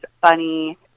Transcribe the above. funny